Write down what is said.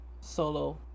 Solo